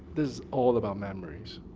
this is all about memories.